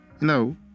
no